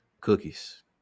cookies